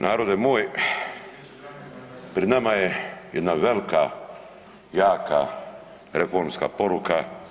Narode moj, pred nama je jedna velika jaka reformska poruka.